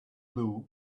blue